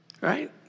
right